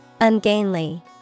ungainly